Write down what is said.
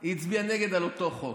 היא הצביעה נגד על אותו חוק.